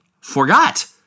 forgot